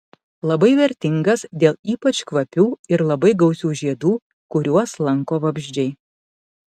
labai vertingas dėl ypač kvapių ir labai gausių žiedų kuriuos lanko vabzdžiai